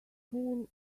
pool